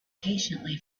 patiently